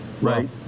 right